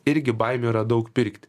irgi baimių yra daug pirkti